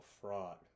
fraud